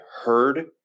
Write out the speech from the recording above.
heard